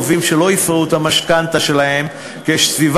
לווים שלא יפרעו את המשכנתה שלהם כשסביבת